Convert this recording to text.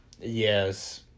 Yes